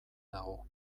dago